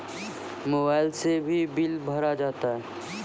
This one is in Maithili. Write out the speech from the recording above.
मोबाइल से भी बिल भरा जाता हैं?